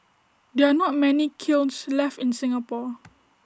there are not many kilns left in Singapore